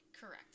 Correct